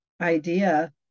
idea